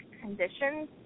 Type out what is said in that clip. conditions